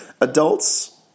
Adults